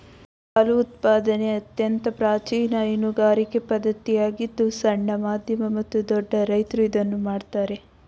ಹಾಲು ಉತ್ಪಾದನೆ ಅತ್ಯಂತ ಪ್ರಾಚೀನ ಹೈನುಗಾರಿಕೆ ಪದ್ಧತಿಯಾಗಿದ್ದು ಸಣ್ಣ, ಮಧ್ಯಮ ಮತ್ತು ದೊಡ್ಡ ರೈತ್ರು ಇದನ್ನು ಮಾಡ್ತರೆ